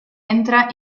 entra